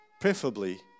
preferably